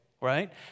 right